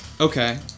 Okay